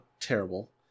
terrible